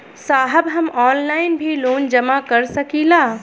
साहब हम ऑनलाइन भी लोन जमा कर सकीला?